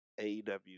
AEW